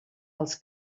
els